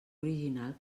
original